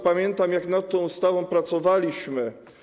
Pamiętam, jak nad tą ustawą pracowaliśmy.